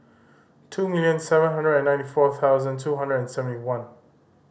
two million seven hundred and ninety four thousand two hundred and seventy one